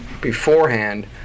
beforehand